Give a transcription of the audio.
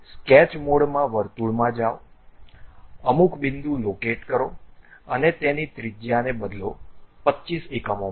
તેથી સ્કેચ મોડમાં વર્તુળમાં જાઓ અમુક બિંદુ લોકેટ કરો અને તેના ત્રિજ્યાને બદલો 25 એકમોમાં